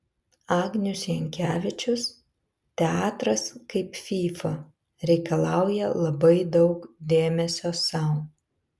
agnius jankevičius teatras kaip fyfa reikalauja labai daug dėmesio sau